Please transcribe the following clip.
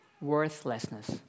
worthlessness